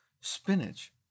spinach